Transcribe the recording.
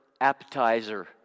appetizer